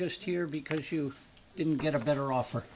just here because you didn't get a better offer